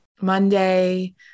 Monday